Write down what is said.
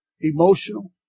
emotional